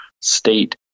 state